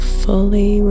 fully